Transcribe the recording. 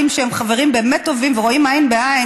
שהם חברים באמת טובים ורואים עין בעין,